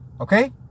Okay